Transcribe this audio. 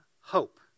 hope